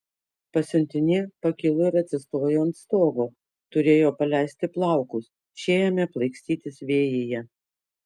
pasiuntinė pakilo ir atsistojo ant stogo turėjo paleisti plaukus šie ėmė plaikstytis vėjyje